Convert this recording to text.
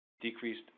decreased